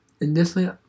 Initially